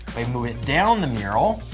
we move down the mural.